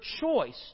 choice